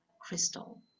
crystal